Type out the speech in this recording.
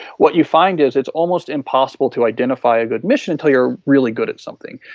what you find is it's almost impossible to identify a good mission until you are really good at something.